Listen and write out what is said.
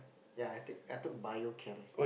ya I take I took Bio Chem